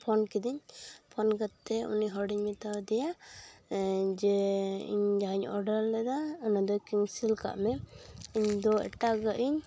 phone ᱠᱤᱫᱟᱹᱧ phone ᱠᱟᱛᱮ ᱩᱱᱤ ᱦᱚᱲᱤᱧ ᱢᱮᱛᱟᱣ ᱫᱮᱭᱟ ᱡᱮ ᱤᱧ ᱡᱟᱦᱟᱧ ᱚᱰᱟᱨ ᱞᱮᱫᱟ ᱚᱱᱟ ᱫᱚ ᱠᱮᱱᱥᱮᱞ ᱠᱟᱜᱢᱮ ᱤᱧ ᱫᱚ ᱮᱴᱟᱜᱟᱜ ᱤᱧ